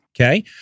Okay